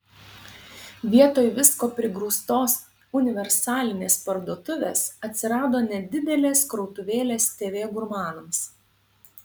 vietoj visko prigrūstos universalinės parduotuvės atsirado nedidelės krautuvėlės tv gurmanams